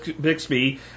Bixby